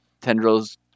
tendrils